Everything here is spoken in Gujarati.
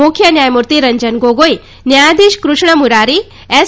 મુખ્ય ન્યાયમૂર્તિ રંજન ગોગોઈ ન્યાયાધીશ કૃષ્ણમુરારી એસ